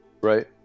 right